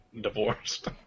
Divorced